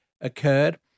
occurred